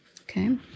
Okay